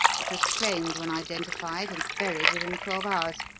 it was claimed when identified and buried within twelve hours,